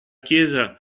chiesa